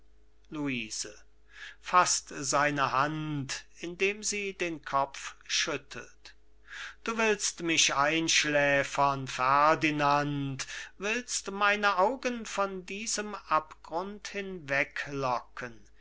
luise faßt seine hand indem sie den kopf schüttelt du willst mich einschläfern ferdinand willst meine augen von diesem abgrund